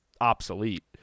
obsolete